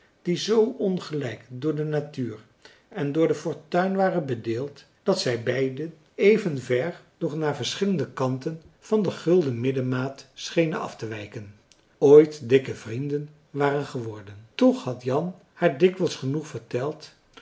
die z ongelijk door de natuur en door de fortuin waren bedeeld dat zij beiden evenver doch naar verschillende kanten van de gulden middenmaat schenen aftewijken ooit dikke vrienden waren geworden toch had jan haar dikwijls genoeg verteld